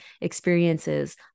experiences